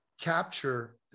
capture